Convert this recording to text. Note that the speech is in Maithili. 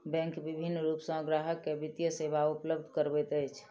बैंक विभिन्न रूप सॅ ग्राहक के वित्तीय सेवा उपलब्ध करबैत अछि